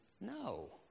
no